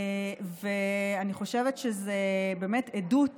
ואני חושבת שזו באמת עדות